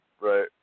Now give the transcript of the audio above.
Right